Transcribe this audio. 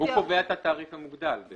הוא קובע את התעריף המוגדל בעצם.